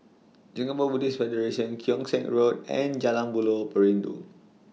Singapore Buddhist Federation Keong Saik Road and Jalan Buloh Perindu